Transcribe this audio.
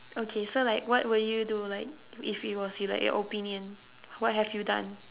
okay so like what would you do like if it was you like your opinion what have you done